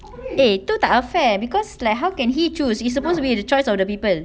eh tu tak fair because like how can he choose it's supposed to be the choice of the people